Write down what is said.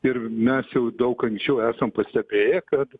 ir mes jau daug anksčiau esam pastebėję kad